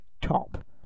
top